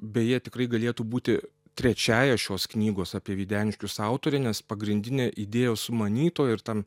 beje tikrai galėtų būti trečiąja šios knygos apie videniškius autore nes pagrindinė idėjos sumanytoja ir tam